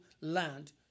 land